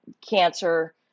cancer